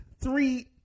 three